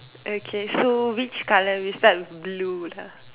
okay so which colour we start with blue lah